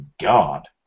God